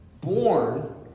born